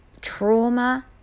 trauma